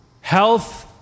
health